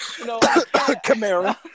Camaro